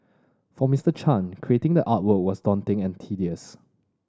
for Mister Chan creating the artwork was daunting and tedious